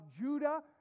Judah